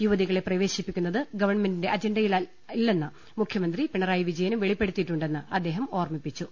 യുവതികളെ പ്രവേശിപ്പിക്കുന്നത് ഗവൺമെന്റിന്റെ അജണ്ടയല്ലെന്ന് മുഖ്യമന്ത്രി പിണറായി വിജയനും വെളിപ്പെടുത്തിയിട്ടുണ്ടെന്ന് അദ്ദേഹം ഓർമ്മിപ്പിച്ചു